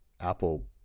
Apple